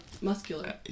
muscular